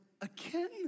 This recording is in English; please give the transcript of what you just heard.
again